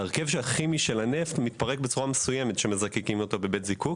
ההרכב הכימי של הנפט מתפרק בצורה מסוימת כשמזקקים אותו בבית זיקוק,